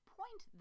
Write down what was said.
point